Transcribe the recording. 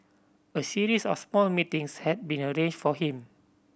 a series of small meetings had been arranged for him